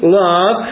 love